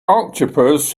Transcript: octopus